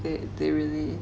they they really